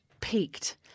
peaked